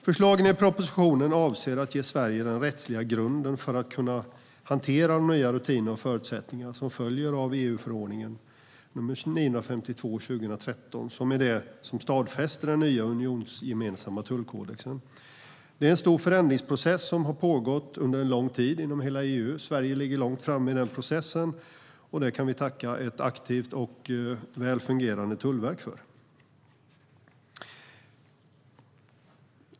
Förslagen i propositionen avser att ge Sverige den rättsliga grunden för att kunna hantera de nya rutiner och förutsättningar som följer av EU-förordningen nr 952/2013, som stadfäster den nya unionsgemensamma tullkodexen. Det är en stor förändringsprocess som har pågått under en lång tid inom hela EU. Sverige ligger långt framme i den processen, och det kan vi tacka ett aktivt och väl fungerande tullverk för.